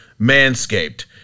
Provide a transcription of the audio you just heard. Manscaped